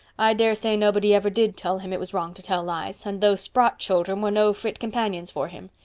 i daresay nobody ever did tell him it was wrong to tell lies, and those sprott children were no fit companions for him.